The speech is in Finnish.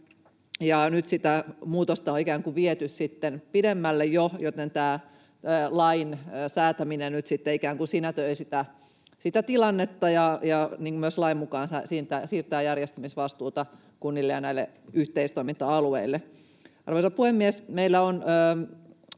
nyt sitä muutosta on ikään kuin viety sitten pidemmälle jo, joten tämän lain säätäminen nyt sitten ikään kuin sinetöi sitä tilannetta ja myös lain mukaan siirtää järjestämisvastuuta kunnille ja näille yhteistoiminta-alueille. Arvoisa puhemies! Meillä on